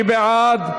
מי בעד?